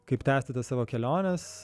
kaip tęsti tas savo keliones